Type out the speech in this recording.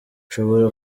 ushobora